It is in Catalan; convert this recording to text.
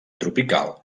tropical